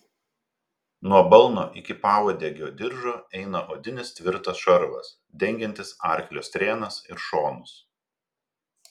nuo balno iki pauodegio diržo eina odinis tvirtas šarvas dengiantis arklio strėnas ir šonus